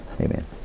Amen